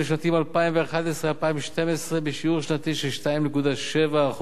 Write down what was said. לשנים 2011 ו-2012 בשיעור שנתי של 2.7%,